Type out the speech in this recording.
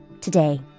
Today